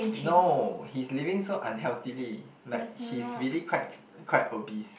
no he's living so unhealthily like he's quite quite obese